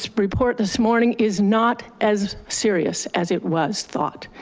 ah report this morning is not as serious as it was thought,